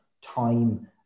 time